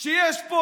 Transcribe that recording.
שיש פה